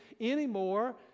anymore